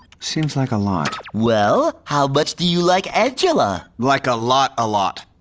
seems like a lot, well, how much do you like angela? like a lot a lot.